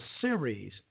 series